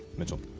mitchell.